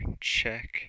Check